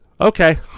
okay